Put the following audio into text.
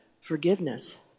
forgiveness